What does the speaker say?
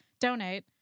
donate